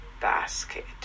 basket